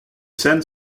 scènes